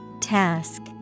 Task